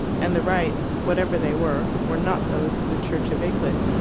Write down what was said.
and the rites, whatever they were, were not those of the church of england.